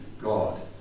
God